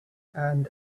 and